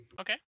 Okay